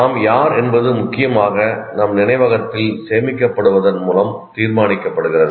நாம் யார் என்பது முக்கியமாக நம் நினைவகத்தில் சேமிக்கப்படுவதன் மூலம் தீர்மானிக்கப்படுகிறது